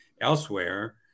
elsewhere